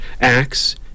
acts